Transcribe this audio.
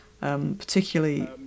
particularly